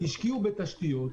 השקיעו בתשתיות,